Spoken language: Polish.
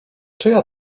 czyja